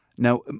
Now